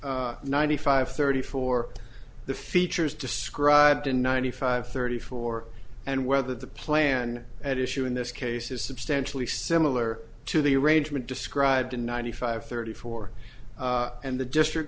ninety five thirty four the features described in ninety five thirty four and whether the plan at issue in this case is substantially similar to the arrangement described in ninety five thirty four and the district